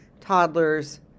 toddlers